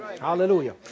Hallelujah